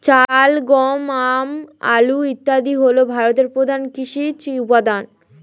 চাল, গম, আম, আলু ইত্যাদি হল ভারতের প্রধান কৃষিজ উপাদান